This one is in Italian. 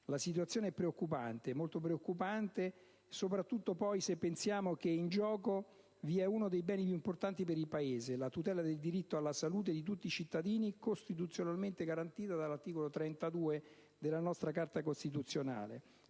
La situazione è molto preoccupante, soprattutto se pensiamo che in gioco vi è uno dei beni più importanti per il Paese, il diritto alla salute di tutti i cittadini, costituzionalmente garantito dall'articolo 32 della nostra Carta.